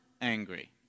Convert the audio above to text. Angry